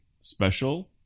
special